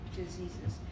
diseases